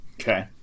Okay